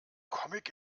comic